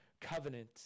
covenant